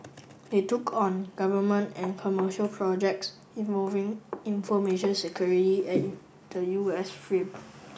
they took on government and commercial projects involving information security at the U S film